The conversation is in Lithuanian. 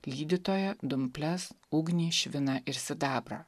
lydytoją dumples ugnį šviną ir sidabrą